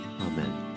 Amen